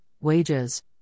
wages